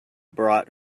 bought